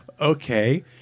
Okay